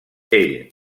ell